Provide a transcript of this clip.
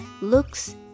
looks